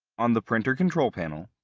on the printer control panel,